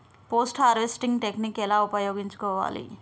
Post harvesting technique ఎలా ఉపయోగించుకోవాలి?